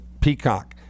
Peacock